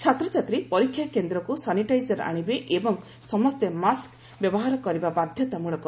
ଛାତ୍ରଛାତ୍ରୀ ପରୀକ୍ଷାକେନ୍ଦ୍ରକୁ ସାନିଟାଇଜର ଆଣିବେ ଏବଂ ସମସ୍ତେ ମାସ୍କ ବ୍ୟବହାର କରିବା ବାଧ୍ୟତାମୃଳକ